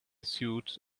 suit